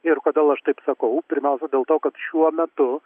ir kodėl aš taip sakau pirmiausia dėl to kad šiuo metu